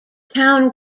town